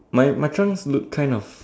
mine mine trunk look kind of